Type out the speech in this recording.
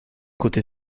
côté